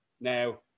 Now